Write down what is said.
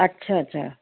अच्छा अच्छा